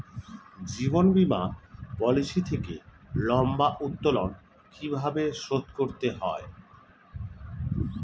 জীবন বীমা পলিসি থেকে লম্বা উত্তোলন কিভাবে শোধ করতে হয়?